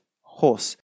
horse